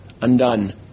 undone